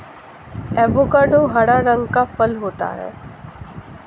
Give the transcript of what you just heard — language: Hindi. एवोकाडो हरा रंग का फल होता है